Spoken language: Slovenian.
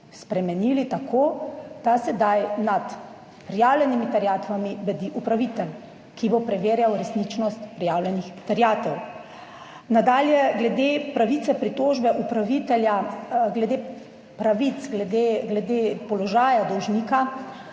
spremenili tako, da sedaj nad prijavljenimi terjatvami bdi upravitelj, ki bo preverjal resničnost prijavljenih terjatev. Nadalje, glede pravice pritožbe upravitelja, glede pravic glede položaja dolžnika